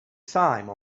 time